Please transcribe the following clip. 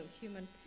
human